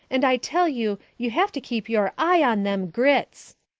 and i tell you, you have to keep your eye on them grits.